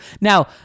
Now